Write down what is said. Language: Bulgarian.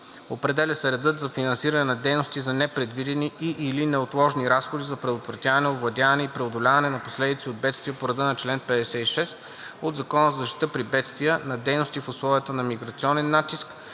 Определя се редът за финансиране на дейности за непредвидени и/или неотложни разходи за предотвратяване, овладяване и преодоляване на последиците от бедствия по реда на чл. 56 от Закона за защита при бедствия, на дейности в условията на миграционен натиск,